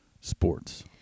sports